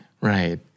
Right